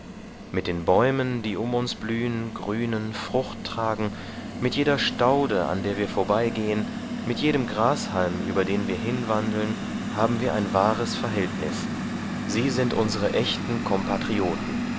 mit den bäumen die um uns blühen grünen frucht tragen mit jeder staude an der wir vorbeigehen mit jedem grashalm über den wir hinwandeln haben wir ein wahres verhältnis sie sind unsre echten